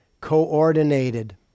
coordinated